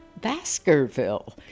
Baskerville